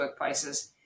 workplaces